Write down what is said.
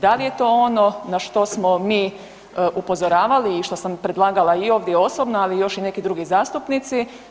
Da li je to ono na što smo mi upozoravali i što sam predlagala i ovdje osobno, ali i još neki drugi nastavnici.